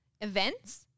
events